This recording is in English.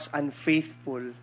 unfaithful